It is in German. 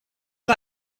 war